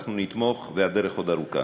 אנחנו נתמוך, והדרך עוד ארוכה.